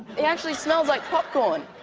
he actually smells like popcorn.